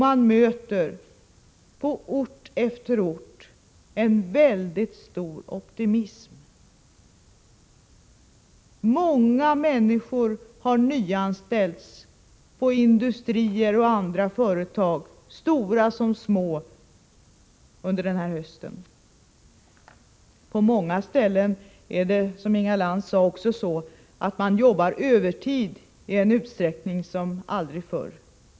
Där möter man på ort efter ort en väldigt stor optimism. Många människor har nyanställts i industrier och företag, stora som små, under den här hösten. På många ställen arbetar man, som Inga Lantz sade, övertid i en utsträckning som aldrig förr.